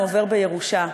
עוברים בירושה.